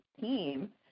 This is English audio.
team